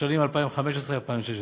לשנים 2015 2016,